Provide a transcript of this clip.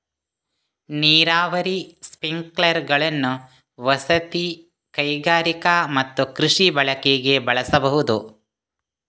ನೀರಾವರಿ ಸ್ಪ್ರಿಂಕ್ಲರುಗಳನ್ನು ವಸತಿ, ಕೈಗಾರಿಕಾ ಮತ್ತು ಕೃಷಿ ಬಳಕೆಗೆ ಬಳಸಬಹುದು